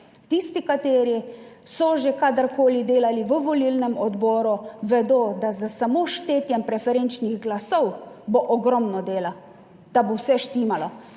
Tisti, kateri so že kadarkoli delali v volilnem odboru, vedo, da s samo štetjem preferenčnih glasov bo ogromno dela, da bo vse štimalo!